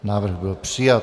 Návrh byl přijat.